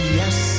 yes